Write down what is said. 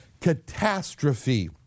catastrophe